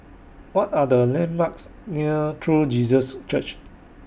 What Are The landmarks near True Jesus Church